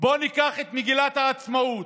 בואו ניקח את מגילת העצמאות,